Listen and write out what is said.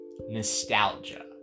nostalgia